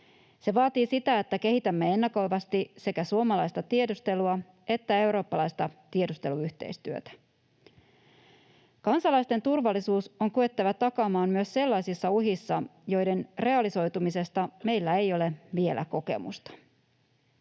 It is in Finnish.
Se vaatii sitä, että kehitämme ennakoivasti sekä suomalaista tiedustelua että eurooppalaista tiedusteluyhteistyötä. Kansalaisten turvallisuus on kyettävä takaamaan myös sellaisissa uhissa, joiden realisoitumisesta meillä ei ole vielä kokemusta.